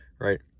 right